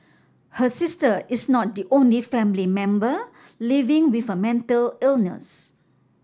her sister is not the only family member living with a mental illness